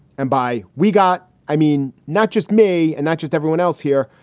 and by we got i mean, not just me and not just everyone else here,